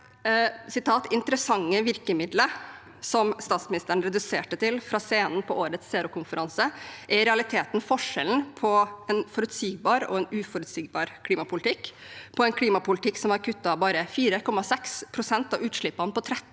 «interessante virkemiddelet», som statsministeren reduserte det til fra scenen på årets Zero-konferanse, er i realiteten forskjellen på en forutsigbar og en uforutsigbar klimapolitikk, på en klimapolitikk som har kuttet bare 4,6 pst. av utslippene på 13 år,